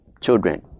children